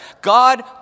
God